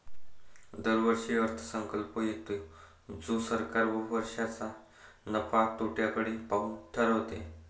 दरवर्षी अर्थसंकल्प येतो जो सरकार वर्षाच्या नफ्या तोट्याकडे पाहून ठरवते